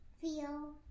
feel